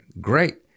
great